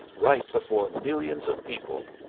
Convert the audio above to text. right before millions of people,